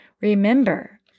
remember